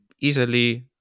easily